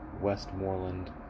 Westmoreland